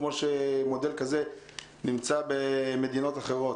כמו המודל שנמצא במדינות אחרות.